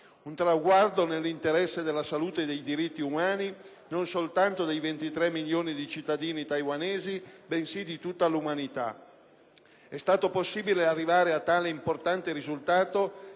un traguardo nell'interesse della salute dei diritti umani, non soltanto dei 23 milioni di cittadini taiwanesi, bensì di tutta l'umanità. È stato possibile arrivare a tale importante risultato